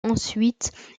ensuite